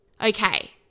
Okay